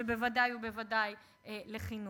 ובוודאי ובוודאי לחינוך.